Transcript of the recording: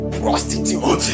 prostitute